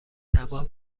تمام